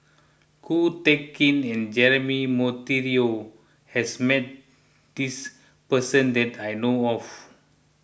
Ko Teck Kin and Jeremy Monteiro has met this person that I know of